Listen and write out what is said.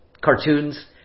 Cartoons